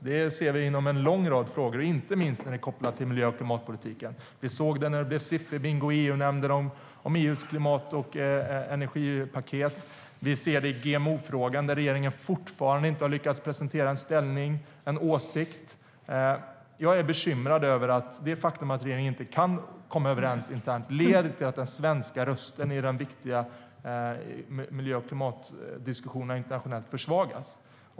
Det ser vi inom en lång rad frågor, inte minst kopplat till miljö och klimatpolitiken. Vi såg det när det blev sifferbingo i EU-nämnden om EU:s klimat och energipaket. Och vi ser det i GMO-frågan där regeringen fortfarande inte har lyckats presentera en ställning, en åsikt. Jag är bekymrad över att det faktum att regeringen inte kan komma överens internt leder till att den svenska rösten försvagas i de viktiga internationella miljö och klimatdiskussionerna.